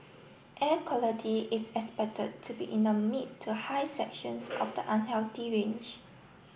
air quality is expected to be in the mid to high sections of the unhealthy range